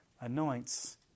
anoints